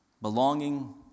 belonging